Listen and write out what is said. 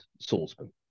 swordsman